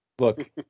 Look